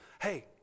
hey